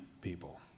people